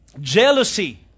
jealousy